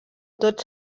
tots